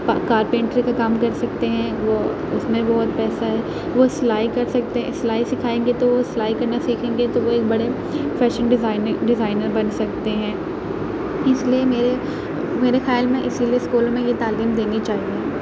کا کارپینٹر کا کام کر سکتے ہیں وہ اس میں بہت پیسہ ہے وہ سلائی کر سکتے ہیں سلائی سکھائیں گے تو وہ سلائی کرنا سیکھیں گے تو وہ ایک بڑے فیشن ڈیزائننگ ڈیزائنر بن سکتے ہیں اس لیے میرے میرے خیال میں اسی لیے یہ تعلیم دینی چاہیے